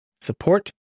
support